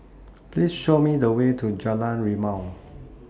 Please Show Me The Way to Jalan Rimau